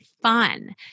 fun